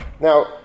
Now